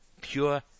pure